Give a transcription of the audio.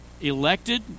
elected